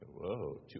Whoa